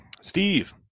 Steve